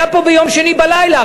היה פה ביום שני בלילה,